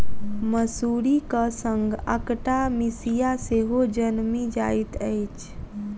मसुरीक संग अकटा मिसिया सेहो जनमि जाइत अछि